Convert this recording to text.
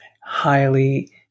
highly